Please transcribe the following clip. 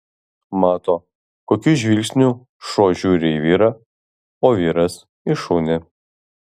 mato kokiu žvilgsniu šuo žiūri į vyrą o vyras į šunį